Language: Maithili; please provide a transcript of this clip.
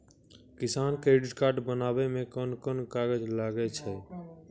किसान क्रेडिट कार्ड बनाबै मे कोन कोन कागज लागै छै?